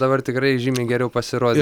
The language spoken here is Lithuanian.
dabar tikrai žymiai geriau pasirodysim